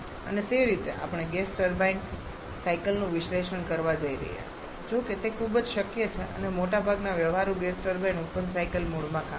અને તે રીતે આપણે ગેસ ટર્બાઇન સાયકલનું વિશ્લેષણ કરવા જઈ રહ્યા છીએ જો કે તે ખૂબ જ શક્ય છે અને મોટાભાગના વ્યવહારુ ગેસ ટર્બાઇન ઓપન સાયકલ મોડમાં કામ કરે છે